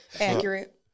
Accurate